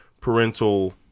parental